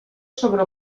sobre